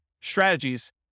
strategies